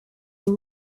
him